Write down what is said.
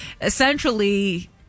Essentially